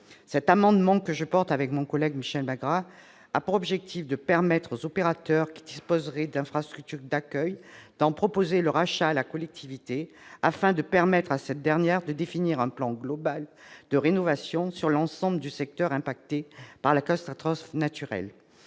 Cet amendement, que je défends avec mon collègue Michel Magras, a pour objet de permettre aux opérateurs qui disposeraient d'infrastructures d'accueil d'en proposer le rachat à la collectivité. Ainsi, cette dernière pourrait définir un plan global de rénovation sur l'ensemble du secteur frappé par une catastrophe naturelle.